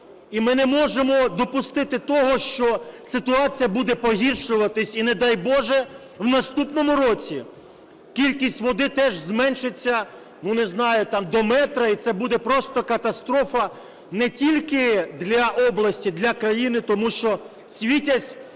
і ми не можемо допустити того, що ситуація буде погіршуватися і, не дай Боже, в наступному році кількість води теж зменшиться, не знаю, там до метра, і це буде просто катастрофа не тільки для області - для країни, тому що Світязь